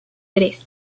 tres